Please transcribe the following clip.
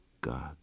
God